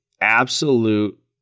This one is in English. absolute